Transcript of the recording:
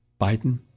Biden